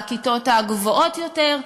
בכיתות הגבוהות יותר,